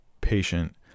patient